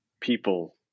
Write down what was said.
people